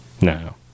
no